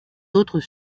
autres